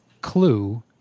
clue